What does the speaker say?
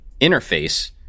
interface